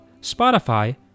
Spotify